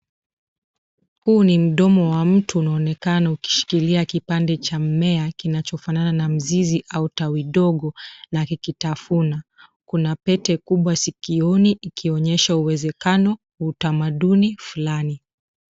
Huu ni mdomo wa mtu unaonekana ukishikilia kipande cha mmea kinachofanana na mzizi au tawi dogo na kikitafuna. Kuna pete kubwa sikioni ikonyesha uwezekano, utamaduni fulani.